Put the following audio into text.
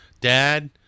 dad